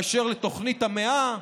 באשר לתוכנית המאה.